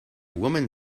woman